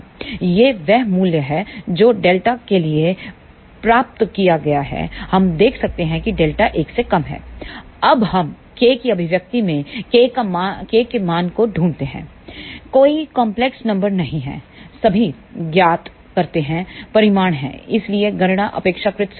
यह वह मूल्य है जो Δ के लिए प्राप्त किया गया है हम देख सकते हैं कि Δ 1 अब हम K की अभिव्यक्ति में K का मान को ढूंढते हैं कोई कंपलेक्स नंबर नहीं हैसभी ज्ञात करतेहैंपरिमाण हैं इसलिए गणना अपेक्षाकृत सरल है